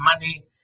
money